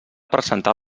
presentar